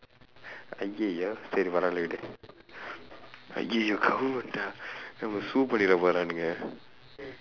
ஐயய்யோ சரி பரவாயில்ல விடு ஐயய்யோ:aiyaiyoo sari paravaayilla vidu aiyaiyoo நம்மல:nammala sue பண்ணீடுற போறானுங்க:panniidura pooraanungka